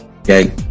Okay